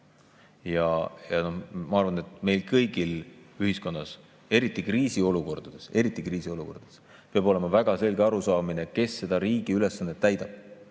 Ma arvan, et meil kõigil ühiskonnas, eriti kriisiolukordades – eriti kriisiolukordades –, peab olema väga selge arusaamine, kes seda riigi ülesannet täidab